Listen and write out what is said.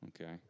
Okay